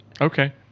Okay